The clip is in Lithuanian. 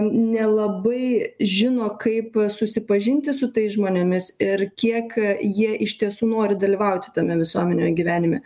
nelabai žino kaip susipažinti su tais žmonėmis ir kiek jie iš tiesų nori dalyvauti tame visuomeniame gyvenime